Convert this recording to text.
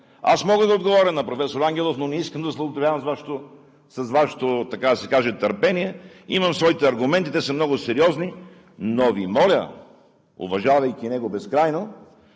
Аз мога да отговоря на професор Ангелов, но не искам да злоупотребявам с Вашето търпение. Имам своите аргументи, те са много сериозни. Но Ви моля, уважавайки него безкрайно,